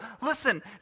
Listen